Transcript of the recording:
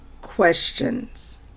questions